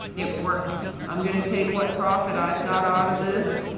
it worked. i'm gonna take what profit i got out of this,